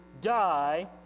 die